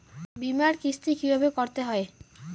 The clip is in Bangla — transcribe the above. বিমার কিস্তি কিভাবে করতে হয়?